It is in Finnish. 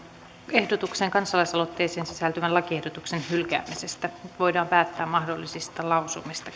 ehdotukseen kansalaisaloitteeseen sisältyvän lakiehdotuksen hylkäämisestä nyt voidaan päättää mahdollisista lausumista